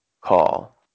Call